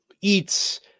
eats